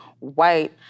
white